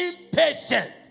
impatient